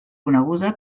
coneguda